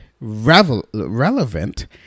relevant